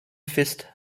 fist